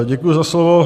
Děkuji za slovo.